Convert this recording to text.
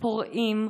פורעים,